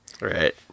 Right